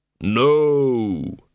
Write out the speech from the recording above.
No